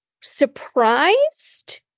surprised